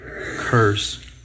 curse